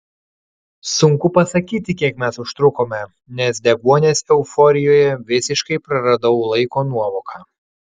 sunku pasakyti kiek mes užtrukome nes deguonies euforijoje visiškai praradau laiko nuovoką